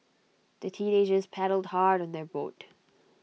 the teenagers paddled hard on their boat